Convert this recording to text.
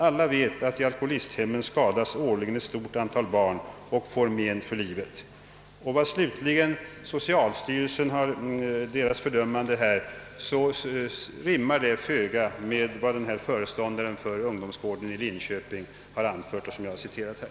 Alla vet att i alkoholisthemmen skadas årligen ett stort antal barn — och får men för livet!» Vad slutligen gäller socialstyrelsens bedömande rimmar det föga med vad föreståndaren för ungdomsgården i Linköping anfört och som jag citerat här.